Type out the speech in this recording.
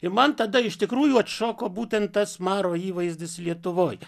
ir man tada iš tikrųjų atšoko būtent tas maro įvaizdis lietuvoj